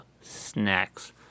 snacks